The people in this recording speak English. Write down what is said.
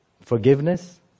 forgiveness